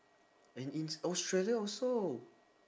and in Australia also